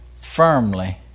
firmly